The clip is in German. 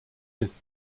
bis